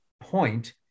point